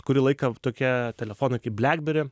kurį laiką tokie telefonai kaip blackberry